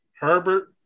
Herbert